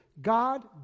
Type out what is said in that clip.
God